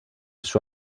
suo